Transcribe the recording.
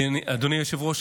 אדוני היושב-ראש,